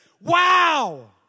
wow